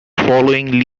following